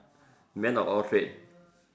man of all trades